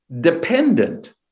dependent